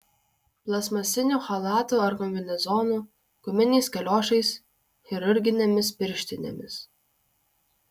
plastmasiniu chalatu ar kombinezonu guminiais kaliošais chirurginėmis pirštinėmis